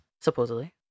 Supposedly